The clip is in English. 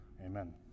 Amen